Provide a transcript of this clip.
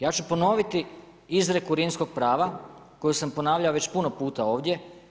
Ja ću ponoviti izrijeku rimskog prava koju sam ponavljao već puno puta ovdje.